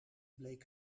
bleek